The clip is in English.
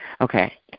okay